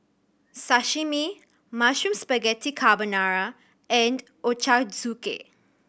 Sashimi Mushroom Spaghetti Carbonara and Ochazuke